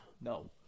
No